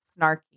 snarky